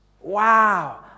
Wow